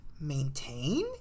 maintain